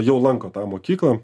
jau lanko tą mokyklą